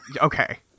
Okay